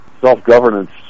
self-governance